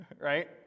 right